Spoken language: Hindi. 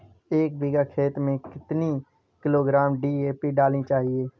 एक बीघा खेत में कितनी किलोग्राम डी.ए.पी डालनी चाहिए?